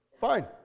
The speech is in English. Fine